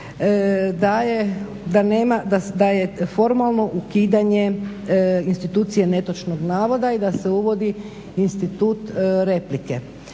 da je formalno ukidanje institucije netočnog navoda i da se uvodi institut replike.